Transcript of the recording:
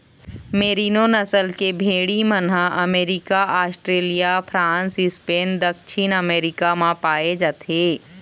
मेरिनों नसल के भेड़ी मन ह अमरिका, आस्ट्रेलिया, फ्रांस, स्पेन, दक्छिन अफ्रीका म पाए जाथे